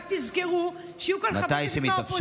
רק תזכרו שיהיו כאן חברי כנסת מהאופוזיציה,